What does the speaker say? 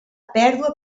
pèrdua